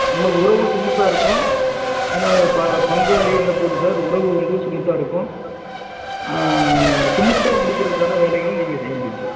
உங்களுக்கு உறவும் சுமூத்தாக இருக்கும் ஏன்னா ப பங்காளின்னும்போது சார் உறவு வந்து சுமூத்தாக இருக்கும் சுமூத்தாக முடிக்கிறதுக்கான வேலைகளும் நீங்கள் செய்ய முடியும் சார்